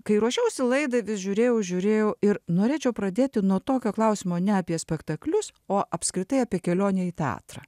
kai ruošiausi laidai vis žiūrėjau žiūrėjau ir norėčiau pradėti nuo tokio klausimo ne apie spektaklius o apskritai apie kelionę į teatrą